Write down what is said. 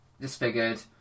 disfigured